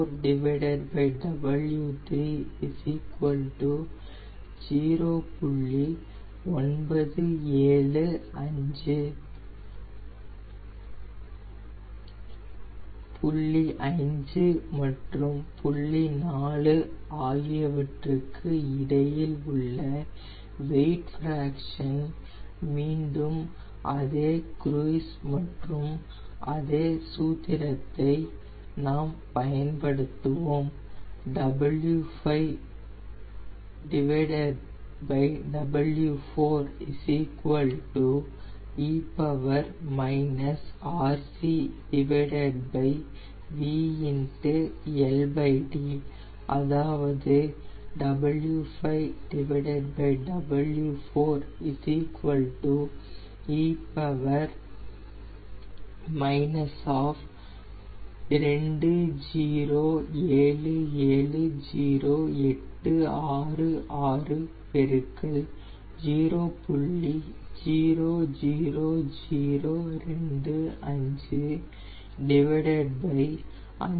975 புள்ளி 5 மற்றும் புள்ளி 4 ஆகியவற்றுக்கு இடையில் உள்ள வெயிட் ஃபிராக்சன் மீண்டும் அதே குரூய்ஸ் மற்றும் அதே சூத்திரத்தை நாம் பயன்படுத்துவோம் e RCVLD அதாவது e 20770866 0